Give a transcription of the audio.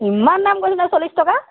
ইমান দাম কৈ দিলে চল্লিছ টকা